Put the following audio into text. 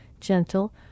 gentle